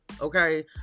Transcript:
Okay